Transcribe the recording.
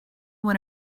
went